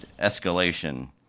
escalation